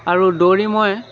আৰু দৌৰি মই